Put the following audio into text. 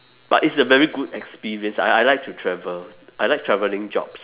but it's a very good experience I I like to travel I like travelling jobs